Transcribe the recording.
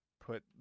put